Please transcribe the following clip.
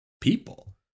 people